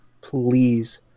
please